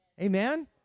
Amen